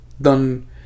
done